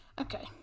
Okay